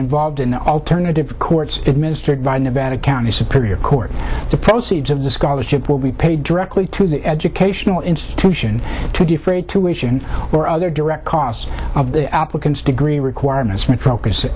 involved in alternative courts administered by nevada county superior court the proceeds of the scholarship will be paid directly to the educational institution to defray tuition or other direct costs of the applicants degree requirements met focus